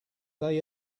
they